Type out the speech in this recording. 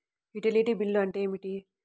Utility bill అంటే ఏమిటి?